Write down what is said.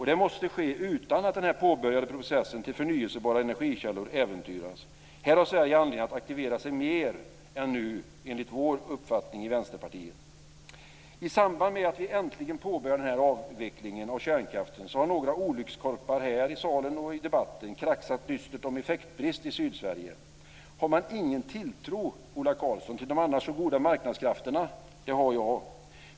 Det måste ske utan att den påbörjade processen till förnybara energikällor äventyras. Här har Sverige, enligt Vänsterpartiets uppfattning, anledning att aktivera sig mer än nu. I samband med att vi äntligen påbörjar avvecklingen av kärnkraften har några olyckskorpar här i salen och i debatten kraxat dystert om effektbrist i Sydsverige. Har man ingen tilltro, Ola Karlsson, till de annars så goda marknadskrafterna? Det har jag.